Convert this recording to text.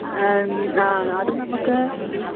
ആദ്യം നമുക്ക്